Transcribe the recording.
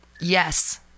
Yes